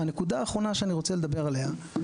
והנקודה האחרונה שאני רוצה לדבר עליה,